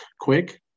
quick